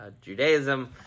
Judaism